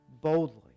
boldly